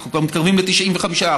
אנחנו כבר מתקרבים ל-95%.